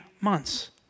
months